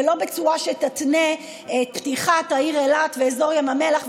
ולא בצורה שתתנה את פתיחת העיר אילת ואזור ים המלח,